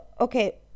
Okay